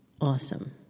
awesome